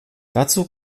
dazu